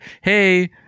hey